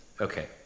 Okay